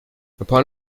upon